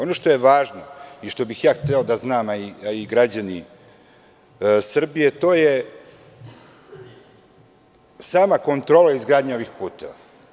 Ono što je važno i što bih ja hteo da znam, a i građani Srbije, to je sama kontrole izgradnje ovih puteva.